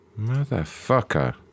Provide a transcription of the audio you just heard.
Motherfucker